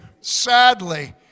sadly